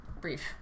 brief